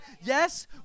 Yes